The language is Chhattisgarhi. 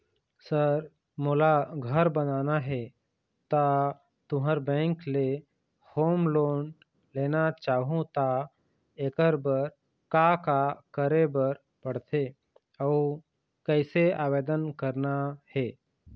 सर मोला घर बनाना हे ता तुंहर बैंक ले होम लोन लेना चाहूँ ता एकर बर का का करे बर पड़थे अउ कइसे आवेदन करना हे?